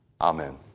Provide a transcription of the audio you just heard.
Amen